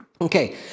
Okay